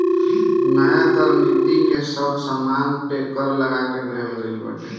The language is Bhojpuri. नया कर नीति में सब सामान पे कर लगा देहल गइल बाटे